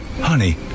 Honey